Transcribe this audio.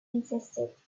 insisted